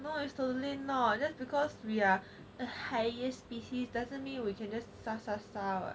no is totally not just because we are a higher species doesn't mean we can just 杀杀杀 [what]